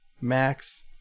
Max